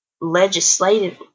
legislative